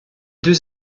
deux